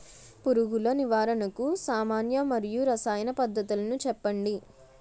పురుగుల నివారణకు సామాన్య మరియు రసాయన పద్దతులను చెప్పండి?